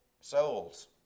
souls